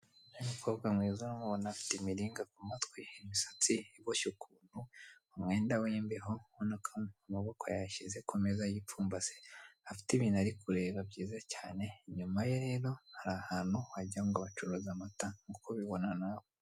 Umukobwa mwiza uramubona afite imiringa ku matwi imisatsi iboshye ukuntu umwenda w'imbeho ubona ko amaboko yayashyize kumeza yipfumbase afite ibintu ri kureba byiza cyane inyuma ye rero hari ahantu wagira ngo bacuruza amata nk'uko ubibona nawe.